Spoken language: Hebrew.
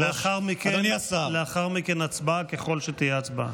לאחר מכן, הצבעה, ככל שתהיה הצבעה.